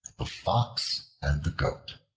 the fox and the goat